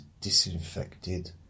disinfected